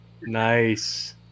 Nice